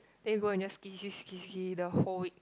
then you go and just ski ski ski ski the whole week